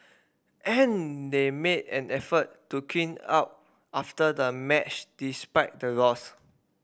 and they made an effort to clean up after the match despite the loss